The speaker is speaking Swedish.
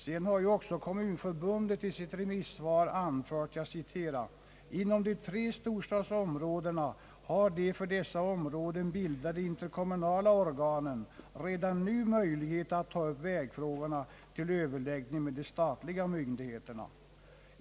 Dessutom har kommunförbundet i sitt remissvar anfört: »Inom de tre storstadsområdena har de för dessa områden bildade interkommunala organen redan nu möjlighet att ta upp vägfrågorna till överläggning med de statliga vägmyndigheterna.